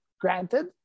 granted